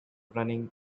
running